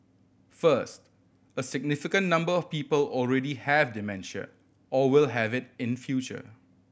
first a significant number of people already have dementia or will have it in future